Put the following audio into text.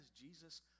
Jesus